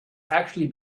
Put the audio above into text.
actually